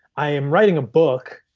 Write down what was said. i am writing a book,